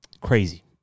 crazy